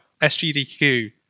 SGDQ